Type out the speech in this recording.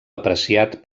apreciat